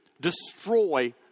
destroy